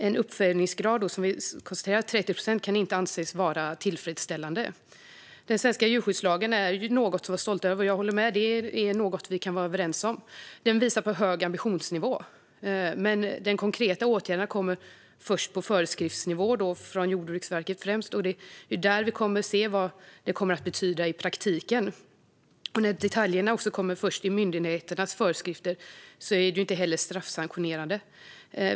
En uppföljningsgrad på 30 procent, som vi konstaterat, kan inte anses vara tillfredsställande. Den svenska djurskyddslagen är något att vara stolt över - det kan vi vara överens om. Den visar på en hög ambitionsnivå, men de konkreta åtgärderna kommer först på föreskriftsnivå, främst från Jordbruksverket. Det är där vi kommer att se vad lagen kommer att betyda i praktiken. När detaljerna också kommer först i myndigheternas föreskrifter är de inte heller straffsanktionerade.